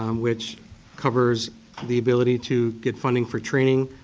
um which covers the ability to get funding for training,